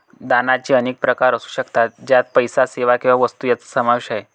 दानाचे अनेक प्रकार असू शकतात, ज्यात पैसा, सेवा किंवा वस्तू यांचा समावेश आहे